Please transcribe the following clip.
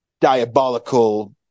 diabolical